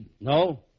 No